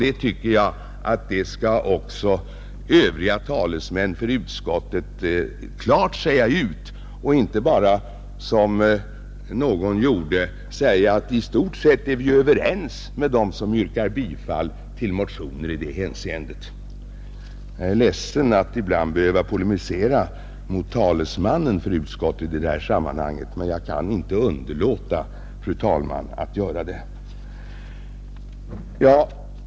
Det tycker jag att övriga talesmän för utskottet borde klart säga ut och inte bara, som någon gjorde, säga att i stort sett är de som företräder utskottet överens med dem som yrkar bifall till motionerna, Jag är ledsen att ibland behöva polemisera mot talesmannen för utskottet, men jag kan inte underlåta, fru talman, att göra det.